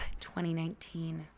2019